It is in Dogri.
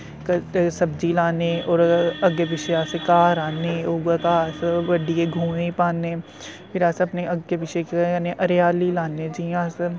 क सब्जी लान्ने और अग्गे पिछे अस घाह् राह्न्ने उऐ घाह् अस ब'ड्डियै गवें पान्ने फिर अस अपने अग्गे पिछे केह् करने हरियाली लान्ने जियां अस